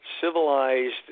civilized